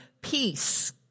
peace